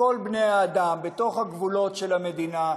שכל בני-האדם בתוך הגבולות של המדינה,